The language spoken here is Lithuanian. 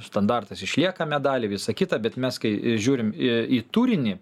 standartas išlieka medaliai visa kita bet mes kai žiūrim į į turinį